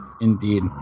Indeed